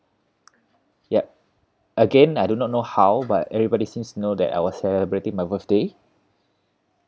yup again I do not know how but everybody seems to know that I was celebrating my birthday